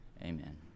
Amen